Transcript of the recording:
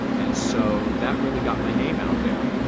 and so that really got my name out there